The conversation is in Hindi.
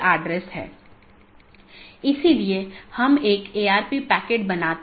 संचार में BGP और IGP का role BGP border gateway protocol और IGP इंटरनेट गेटवे प्रोटोकॉल